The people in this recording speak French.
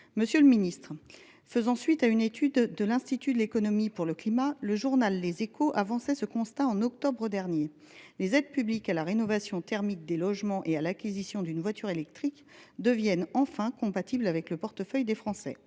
Monsieur le ministre, faisant suite à une étude de l’Institut de l’économie pour le climat, le journal a dressé le constat suivant en octobre dernier :« Les aides publiques à la rénovation thermique des logements et à l’acquisition d’une voiture électrique deviennent enfin compatibles avec le portefeuille des Français.